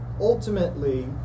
Ultimately